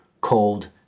cold